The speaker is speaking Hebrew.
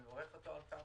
אני מברך אותו על כך.